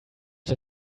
der